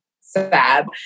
sad